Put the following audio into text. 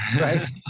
right